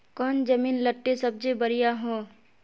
कौन जमीन लत्ती सब्जी बढ़िया हों?